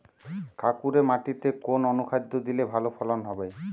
কাঁকুরে মাটিতে কোন অনুখাদ্য দিলে ভালো ফলন হবে?